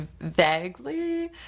vaguely